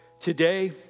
Today